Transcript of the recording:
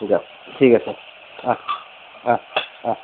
দিঅয়ক ঠিক আছে অঁ অঁ অঁ